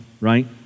right